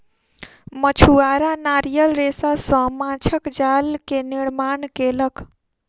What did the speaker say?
मछुआरा नारियल रेशा सॅ माँछक जाल के निर्माण केलक